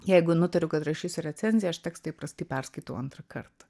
jeigu nutariu kad rašysiu recenziją aš tekstą įprastai perskaitau antrą kart